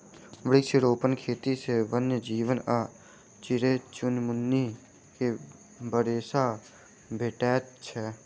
वृक्षारोपण खेती सॅ वन्य जीव आ चिड़ै चुनमुनी के बसेरा भेटैत छै